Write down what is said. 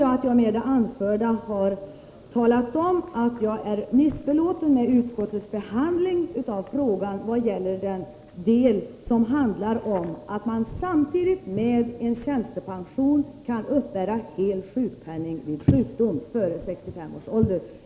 Jag har tidigare anfört att jag är missbelåten med utskottets behandling av det avsnitt som handlar om att man samtidigt med en tjänstepension kan uppbära hel sjukpenning vid sjukdom före 65 års ålder.